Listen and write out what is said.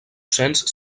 cents